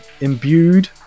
imbued